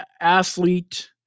athlete